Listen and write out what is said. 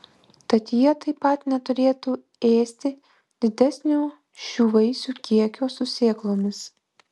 tad jie taip pat neturėtų ėsti didesnio šių vaisių kiekio su sėklomis